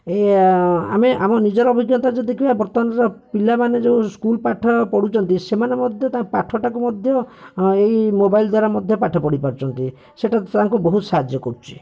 ଆମେ ଆମର ନିଜର ଅଭିଜ୍ଞତା ଯଦି ଦେଖିବା ବର୍ତ୍ତମାନର ପିଲାମାନେ ଯେଉଁ ସ୍କୁଲ୍ ପାଠ ପଢ଼ୁଛନ୍ତି ସେମାନେ ମଧ୍ୟ ତାଙ୍କ ପାଠଟାକୁ ମଧ୍ୟ ଏଇ ମୋବାଇଲ୍ ଦ୍ୱାରା ମଧ୍ୟ ପାଠ ପଢ଼ିପାରୁଛନ୍ତି ସେଇଟା ତାଙ୍କୁ ବହୁତ ସାହାଯ୍ୟ କରୁଛି